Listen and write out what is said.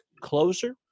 closer